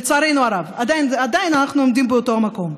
לצערנו הרב, עדיין אנחנו עומדים באותו המקום.